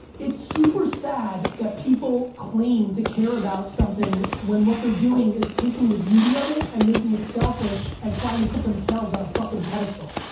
it's super sad that people claim to care about something when what they're doing is taking the beauty of it and making it selfish and trying to put themselves on a fucking pedestal.